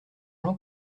jean